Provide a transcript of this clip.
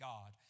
God